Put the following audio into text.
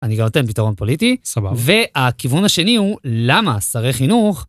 אני גם אתן פתרון פוליטי. סבבה. והכיוון השני הוא, למה שרי חינוך...